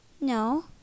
No